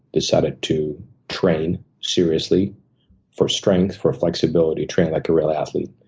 decided to train seriously for strength, for flexibility training like a real athlete,